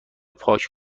پاک